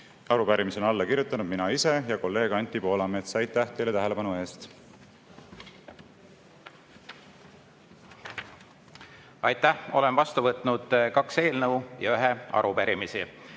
Arupärimisele oleme alla kirjutanud mina ise ja kolleeg Anti Poolamets. Aitäh teile tähelepanu eest! Aitäh! Olen vastu võtnud kaks eelnõu ja ühe arupärimise.